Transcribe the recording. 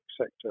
sector